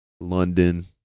London